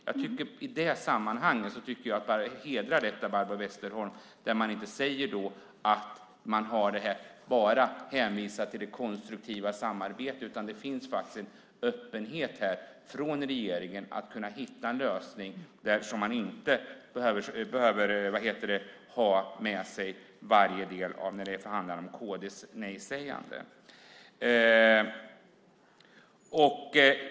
Jag tycker i det sammanhanget att det hedrar Barbro Westerholm att hon inte bara hänvisar till det konstruktiva samarbetet. Det finns faktiskt en öppenhet här från regeringen att kunna hitta en lösning där man inte behöver ha med sig varje del när det handlar om kd:s nejsägande.